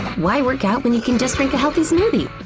why workout when you can just drink a healthy smoothie?